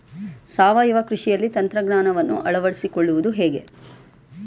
ಸಾವಯವ ಕೃಷಿಯಲ್ಲಿ ತಂತ್ರಜ್ಞಾನವನ್ನು ಅಳವಡಿಸಿಕೊಳ್ಳುವುದು ಹೇಗೆ?